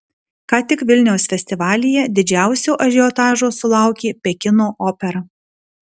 ką tik vilniaus festivalyje didžiausio ažiotažo sulaukė pekino opera